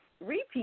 repeat